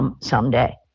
someday